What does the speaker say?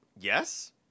Yes